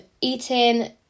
eating